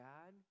God